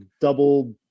double